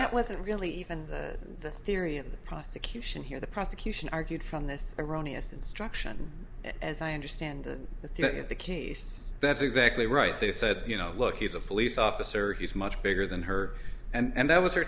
that wasn't really even the theory of the prosecution here the prosecution argued from this erroneous instruction as i understand that that is the case that's exactly right they said you know look he's a police officer he's much bigger than her and that was he